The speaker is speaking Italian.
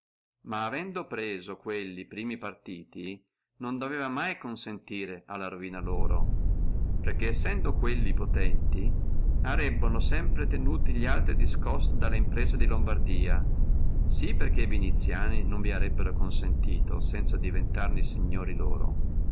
ma avendo preso quelli primi partiti non doveva mai consentire alla ruina loro perché sendo quelli potenti arebbono sempre tenuti li altri discosto dalla impresa di lombardia sí perché viniziani non vi arebbono consentito sanza diventarne signori loro